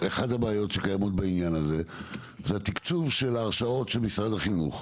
אחת הבעיות שקיימות בעניין הזה זה התקצוב של ההרשאות של משרד החינוך,